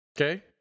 Okay